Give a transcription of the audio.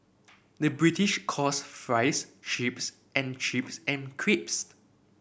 the British calls fries chips and chips and crisps